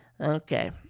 Okay